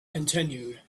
continued